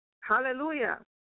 hallelujah